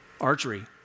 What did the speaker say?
archery